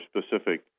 specific